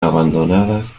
abandonadas